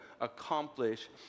accomplish